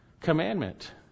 commandment